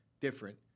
different